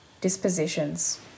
dispositions